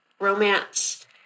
romance